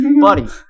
buddy